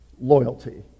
loyalty